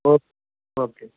okay okay